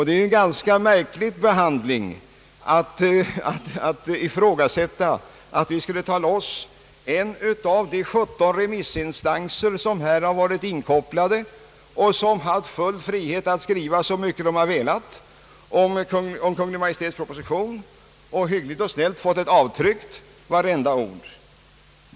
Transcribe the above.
Det är ganska märkligt att ifrågasätta, att vi skulle ta loss en av de 17 remissinstanser som här har varit inkopplade, som har haft full frihet att skriva så mycket man har velat om Kungl. Maj:ts proposition och som hyggligt och snällt fått vartenda ord tryckt.